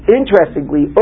interestingly